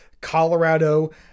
colorado